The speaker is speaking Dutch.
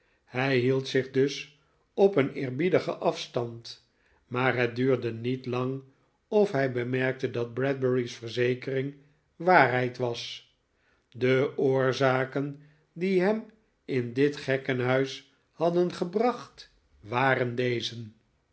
hij hield zich dus op een eerbiedigen afstand maar het duurde niet lang of hij bemerkte dat bradbury's verzekering waarheid was de oorzaken die hem in dit gekkenhuis hadden gebracht waren deze